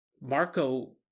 Marco